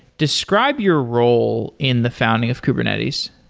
describe your role in the founding of kubernetes.